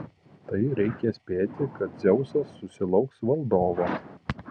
tai reikia spėti kad dzeusas susilauks valdovo